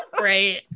right